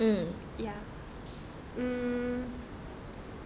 ya mm